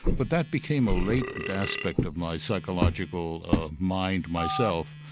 but that became a latent aspect of my psychological mind myself,